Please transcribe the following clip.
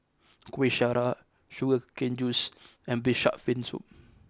Kuih Syara Sugar Cane Juice and Braised Shark Fin Soup